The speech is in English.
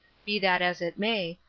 be that as it may,